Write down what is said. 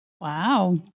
Wow